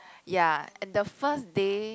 ya and the first day